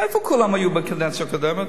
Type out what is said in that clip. איפה היו כולם בקדנציה הקודמת?